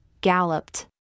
galloped